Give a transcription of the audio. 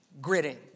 gritting